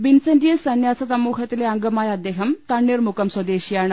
Vincentians സന്യാസ സമൂഹ ത്തിലെ അംഗമായ അദ്ദേഹം തണ്ണീർമുക്കം സ്വദേശി യാണ്